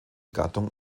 gattung